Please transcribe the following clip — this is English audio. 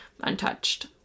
untouched